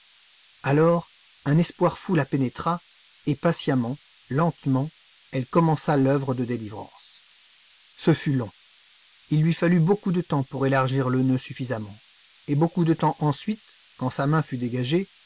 alors un espoir fou la pénétra et patiemment lentement elle commença l'œuvre de délivrance ce fut long il lui fallut beaucoup de temps pour élargir le nœud suffisamment et beaucoup de temps ensuite quand sa main fut dégagée